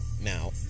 now